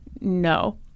no